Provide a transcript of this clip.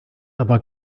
aber